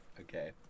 Okay